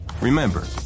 Remember